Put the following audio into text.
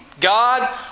God